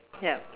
yup